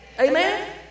Amen